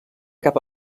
cap